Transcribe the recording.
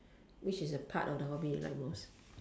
which is the part of the hobby you like most